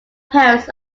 parents